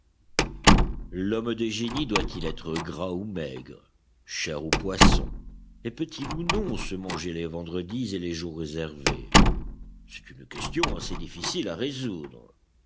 l'homme de génie doit-il être gras ou maigre chair ou poisson et peut-il ou non se manger les vendredis et les jours réservés c'est une question assez difficile à résoudre